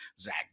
Zach